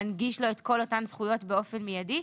להנגיש לו את כל אותן זכויות באופן מיידי,